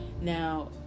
now